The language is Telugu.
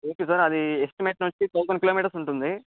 ఓకే సార్ అది ఎస్టిమేషన్ వచ్చి థౌజండ్ కిలోమీటర్స్ ఉంటుంది